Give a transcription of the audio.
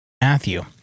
Matthew